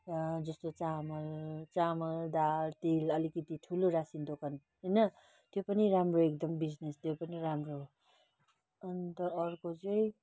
जस्तो चामल चामल दाल तेल अलिकति ठुलो रासिन दोकान होइन त्यो पनि राम्रो एकदम बिजनेस त्यो पनि राम्रो हो अन्त अर्को चाहिँ